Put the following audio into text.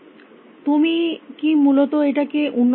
তুমি কী মূলত এটাকে উন্নত করতে পারো